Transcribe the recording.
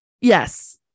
Yes